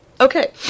Okay